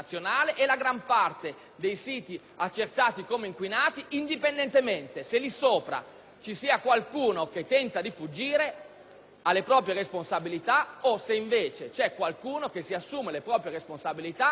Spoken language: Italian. vi sia qualcuno che tenta di fuggire dalle proprie responsabilità o se invece c'è qualcuno che si assume le proprie responsabilità, mette mano al portafoglio e rimedia ai danni provocati.